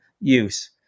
use